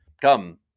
Come